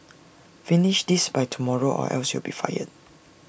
finish this by tomorrow or else you'll be fired